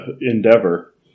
endeavor